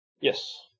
Yes